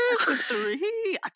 three